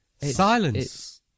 Silence